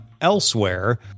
elsewhere